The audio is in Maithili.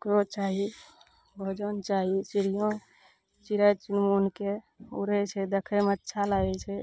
ओकरो चाही भोजन चाही चिड़ियोँ चिड़ै चुनमुनकए उड़ै छै देखैमे अच्छा लागै छै